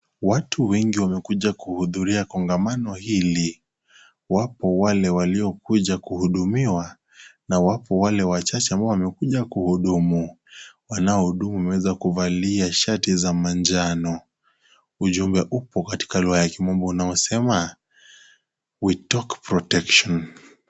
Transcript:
Watu wengi wamekuja kuhudhuria kongamano hili, wapo wale waliokuja kuhudumiwa na wapo wale wachache ambao wamekuja kuhudumu. Wanaohudumu wameweza kuvalia shati za manjano, ujumbe huu katika lugha ya kimombo unasema we talk protection .